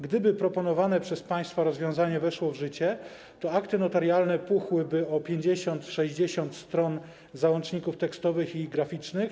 Gdyby proponowane przez państwa rozwiązanie weszło w życie, to akty notarialne puchłyby o 50, 60 stron załączników tekstowych i graficznych.